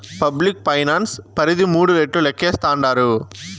public finance పరిధి మూడు రెట్లు లేక్కేస్తాండారు